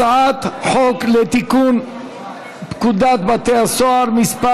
הצעת חוק לתיקון פקודת בתי הסוהר (מס'